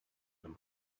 them